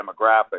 demographics